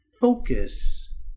focus